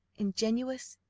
ingenuous,